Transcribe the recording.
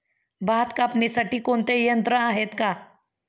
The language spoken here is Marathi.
भात कापणीसाठी कोणते यंत्र आहेत का?